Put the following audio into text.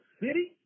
city